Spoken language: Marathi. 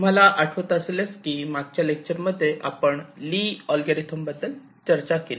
तुम्हाला आठवत असेलच की मागच्या लेक्चर मध्ये हे आपण ली Lee's अल्गोरिदम बद्दल चर्चा केली